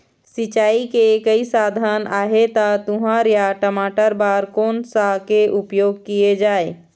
सिचाई के कई साधन आहे ता तुंहर या टमाटर बार कोन सा के उपयोग किए जाए?